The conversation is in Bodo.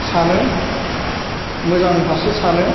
सानो मोजां फारसे सानो